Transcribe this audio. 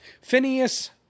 Phineas